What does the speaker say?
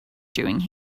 doing